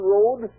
Road